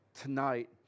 tonight